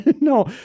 No